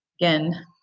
again